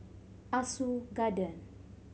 Ah Soo Garden